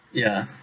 ya